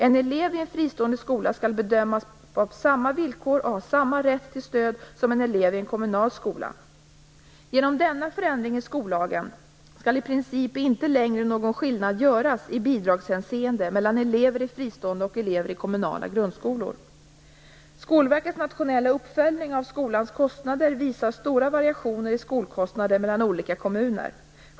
En elev i en fristående skola skall bedömas på samma villkor och ha samma rätt till stöd som en elev i en kommunal skola. Genom denna förändring i skollagen skall i princip inte längre någon skillnad göras i bidragshänseende mellan elever i fristående och elever i kommunala grundskolor. Skolverkets nationella uppföljning av skolans kostnader visar stora variationer i skolkostnader mellan olika kommuner.